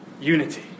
unity